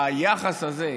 היחס הזה,